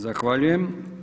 Zahvaljujem.